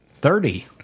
Thirty